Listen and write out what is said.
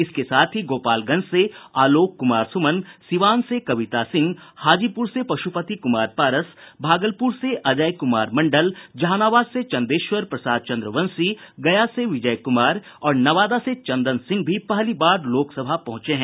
इसके साथ ही गोपालगंज से आलोक कुमार सुमन सीवान से कविता सिंह हाजीपुर से पशुपति कुमार पारस भागलपुर से अजय कुमार मंडल जहानाबाद से चंदेश्वर प्रसाद चंद्रवंशी गया से विजय कुमार और नवादा से चंदन सिंह भी पहली बार लोकसभा पहुंचे हैं